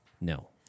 No